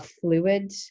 fluid